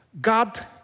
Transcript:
God